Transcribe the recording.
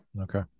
Okay